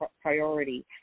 priority